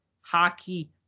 hockey